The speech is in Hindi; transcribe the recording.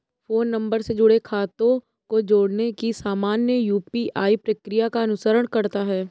फ़ोन नंबर से जुड़े खातों को जोड़ने की सामान्य यू.पी.आई प्रक्रिया का अनुसरण करता है